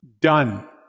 done